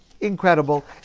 incredible